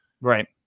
Right